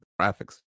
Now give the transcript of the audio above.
graphics